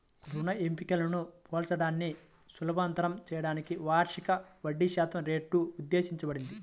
రుణ ఎంపికలను పోల్చడాన్ని సులభతరం చేయడానికి వార్షిక వడ్డీశాతం రేటు ఉద్దేశించబడింది